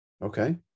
Okay